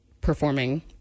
performing